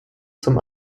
zum